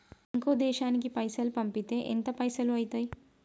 ఇంకో దేశానికి పైసల్ పంపితే ఎంత పైసలు అయితయి?